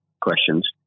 questions